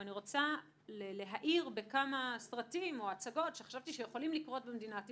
אני רוצה להאיר בכמה סרטים או הצגות שחשבתי שיכולים לקרות במדינת ישראל,